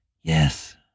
Yes